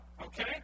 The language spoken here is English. Okay